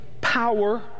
power